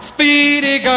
Speedy